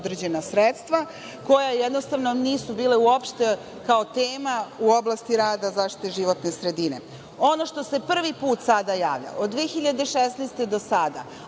određena sredstva koja jednostavno nisu bila, uopšte, kao tema u oblasti rada zaštite životne sredine. Ono što se prvi put sada javlja, od 2016. do sada,